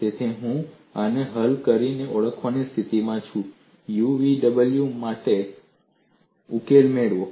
તેથી હું આને હલ કરીને ઓળખવાની સ્થિતિમાં છું u v અને w માટે ઉકેલ મેળવો